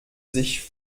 sich